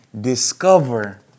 discover